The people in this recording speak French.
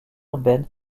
urbaine